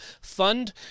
fund